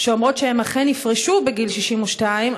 שאומרות שהן אכן יפרשו בגיל 62,